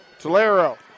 Tolero